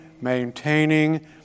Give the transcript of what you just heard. maintaining